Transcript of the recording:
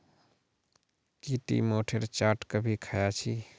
की टी मोठेर चाट कभी ख़या छि